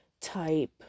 type